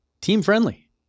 Team-friendly